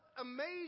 amazing